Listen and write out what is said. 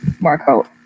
marco